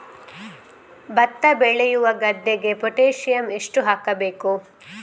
ಭತ್ತ ಬೆಳೆಯುವ ಗದ್ದೆಗೆ ಪೊಟ್ಯಾಸಿಯಂ ಎಷ್ಟು ಹಾಕಬೇಕು?